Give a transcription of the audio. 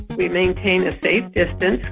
we maintain a safe distance,